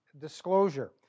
disclosure